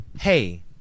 hey